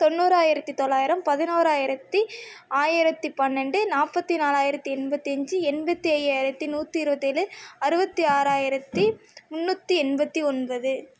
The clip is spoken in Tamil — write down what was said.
தொண்ணூறாயிரத்தி தொள்ளாயிரம் பதினோறாயிரத்தி ஆயிரத்தி பன்னெண்டு நாற்பத்தி நாலாயிரத்தி எண்பத்தஞ்சு எண்பத்தி ஐயாயரத்தி நூற்றி இருபத்தியேழு அறுபத்தி ஆறாயிரத்தி முன்னூற்றி எண்பத்தி ஒன்பது